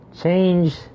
change